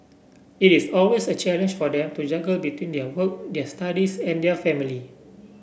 it is always a challenge for them to juggle between their work their studies and their family